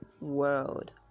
world